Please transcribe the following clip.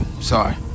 Sorry